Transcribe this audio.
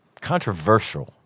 Controversial